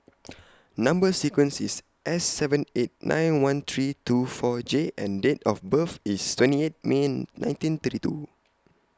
Number sequence IS S seven eight nine one three two four J and Date of birth IS twenty eight May nineteen thirty two